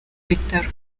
bitaro